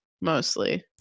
mostly